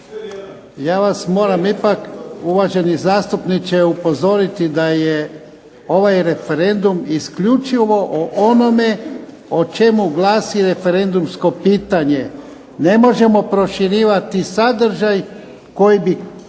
Ja vas moram ipak, uvaženi zastupniče upozoriti da je ovaj referendum isključivo o onome o čemu glasi referendumsko pitanje. Ne možemo proširivati sadržaj koji bi